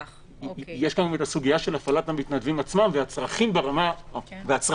יש גם את הסוגיה של הפעלת המתנדבים עצמם והצרכים ברמה הקהילתית.